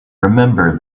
remember